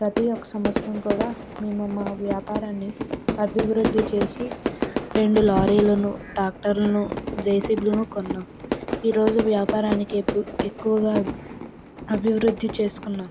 ప్రతి ఒక్క సంవత్సరం కూడా మేము మా వ్యాపారాన్ని అభివృద్ధి చేసి రెండు లారీలను ట్రాక్టర్లను జేసిబీలను కొన్న ఈరోజు వ్యాపారానికి ఎప్పు ఎక్కువగా అభివృద్ధి చేసుకున్న